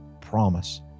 promise